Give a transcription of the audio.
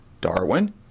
Darwin